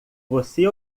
você